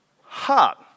Heart